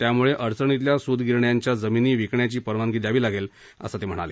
त्यामुळे अडचणीतल्या सूतगिरण्यांच्या जमिनी विकण्याची परवानगी द्यावी लागेल असं ते म्हणाले